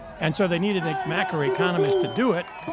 and so they needed a macroeconomist to do it,